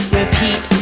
repeat